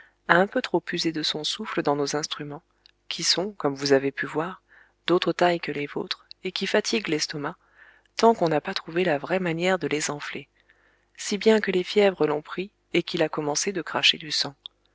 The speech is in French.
un peu trop usé de son souffle dans nos instruments qui sont comme vous avez pu voir d'autre taille que les vôtres et qui fatiguent l'estomac tant qu'on n'a pas trouvé la vraie manière de les enfler si bien que les fièvres l'ont pris et qu'il a commencé de cracher du sang